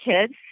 kids